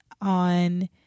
on